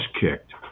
kicked